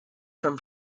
from